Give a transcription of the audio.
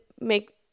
make